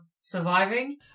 surviving